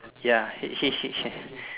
ya H H H ah